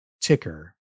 ticker